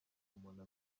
umuntu